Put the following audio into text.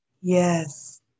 yes